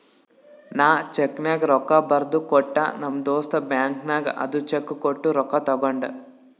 ನಾ ಚೆಕ್ನಾಗ್ ರೊಕ್ಕಾ ಬರ್ದು ಕೊಟ್ಟ ನಮ್ ದೋಸ್ತ ಬ್ಯಾಂಕ್ ನಾಗ್ ಅದು ಚೆಕ್ ಕೊಟ್ಟು ರೊಕ್ಕಾ ತಗೊಂಡ್